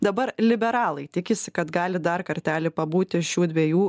dabar liberalai tikisi kad gali dar kartelį pabūti šių dviejų